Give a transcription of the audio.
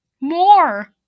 more